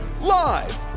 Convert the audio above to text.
Live